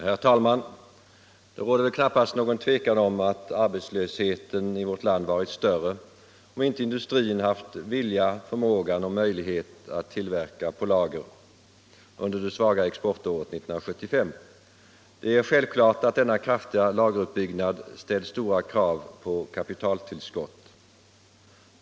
Herr talman! Det råder väl knappast något tvivel om att arbetslösheten varit större om inte industrin haft vilja, förmåga och möjlighet att tillverka på lager under det svaga exportåret 1975. Det är självklart att denna kraftiga lageruppbyggnad ställt stora krav på kapitaltillskott.